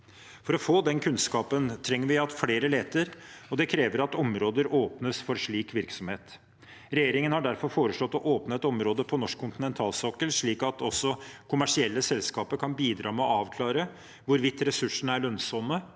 For å få den kunnskapen trenger vi at flere leter, og det krever at områder åpnes for slik virksomhet. Regjeringen har derfor foreslått å åpne et område på norsk kontinentalsokkel slik at også kommersielle selskaper kan bidra med å avklare hvorvidt ressursene er lønnsomme,